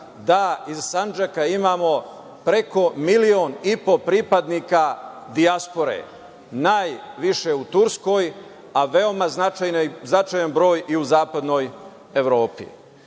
da iz Sandžaka imamo preko milion i po pripadnika dijaspore, najviše u Turskoj, a veoma značajan broj i u zapadnoj Evropi.